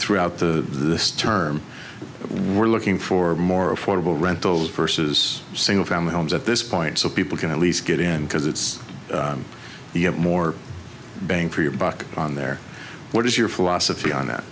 throughout the term we're looking for more affordable rental versus single family homes at this point so people can at least get in because it's you know more bang for your buck on their what is your philosophy on that